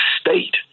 state